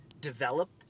developed